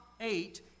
eight